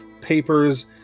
papers